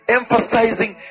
emphasizing